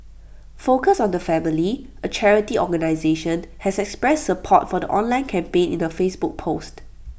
focus on the family A charity organisation has expressed support for the online campaign in A Facebook post